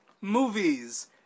movies